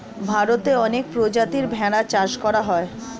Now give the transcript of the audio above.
ভারতে অনেক প্রজাতির ভেড়া চাষ করা হয়